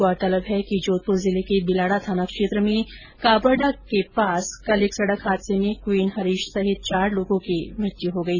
गौरतलब है कि जोधपुर जिले के बिलाड़ा थाना क्षेत्र में कापरडा के पास कल एक सड़क हादसे में क्वीन हरीश सहित चार लोगों की मृत्यु हो गई